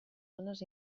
zones